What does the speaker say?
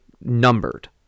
numbered